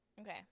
Okay